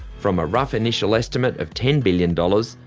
from a rough initial estimate of ten billion dollars,